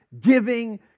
giving